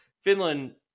Finland